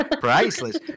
Priceless